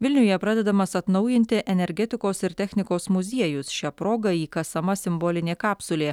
vilniuje pradedamas atnaujinti energetikos ir technikos muziejus šia proga įkasama simbolinė kapsulė